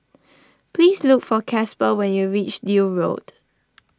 please look for Casper when you reach Deal Road